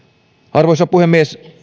arvoisa puhemies